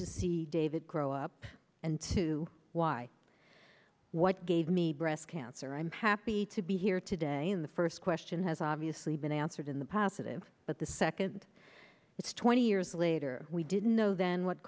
to see david grow up and two why what gave me breast sir i'm happy to be here today in the first question has obviously been answered in the positive but the second it's twenty years later we didn't know then what